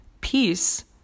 peace